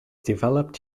developed